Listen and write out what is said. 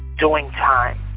doing time.